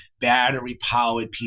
battery-powered